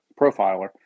profiler